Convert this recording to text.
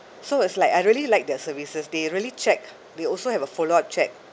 so it's like I really like their services they really check we also have a follow up check